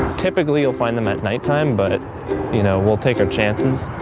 typically you'll find them at night time but it you know we'll take our chances